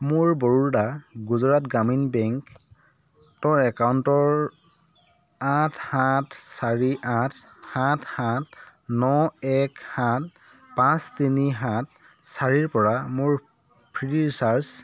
মোৰ বৰোডা গুজৰাট গ্ৰামীণ বেংকৰ একাউণ্টৰ আঠ সাত চাৰি আঠ সাত সাত ন এক এক সাত পাঁচ তিনি সাত চাৰিৰ পৰা মোৰ ফ্ৰী চাৰ্জ